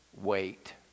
wait